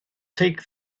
take